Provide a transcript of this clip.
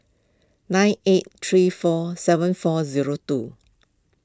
nine eight three four seven four zero two